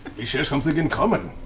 we share something in common,